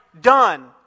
done